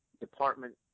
department